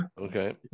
Okay